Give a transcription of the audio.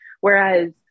whereas